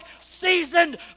seasoned